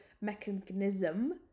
mechanism